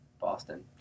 Boston